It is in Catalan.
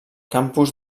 campus